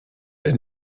ein